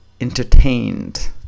entertained